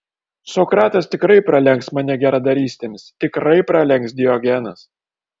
sokratas tikrai pralenks mane geradarystėmis tikrai pralenks diogenas